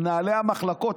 מנהלי המחלקות,